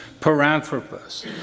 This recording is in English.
Paranthropus